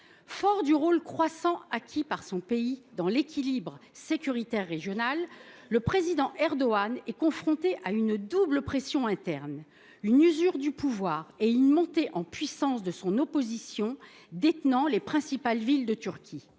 Fort du poids croissant acquis par son pays dans l’équilibre sécuritaire régional, le président Erdogan est pourtant confronté à une double pression interne : une usure du pouvoir et une montée en puissance de son opposition, qui détient les principales villes de Turquie.